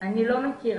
אני לא מכירה